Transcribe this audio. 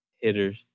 hitters